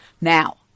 Now